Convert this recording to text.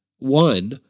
One